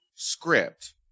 script